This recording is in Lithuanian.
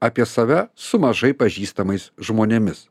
apie save su mažai pažįstamais žmonėmis